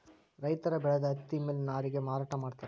ರೈತರ ಬೆಳದ ಹತ್ತಿ ಮಿಲ್ ನ್ಯಾರಗೆ ಮಾರಾಟಾ ಮಾಡ್ತಾರ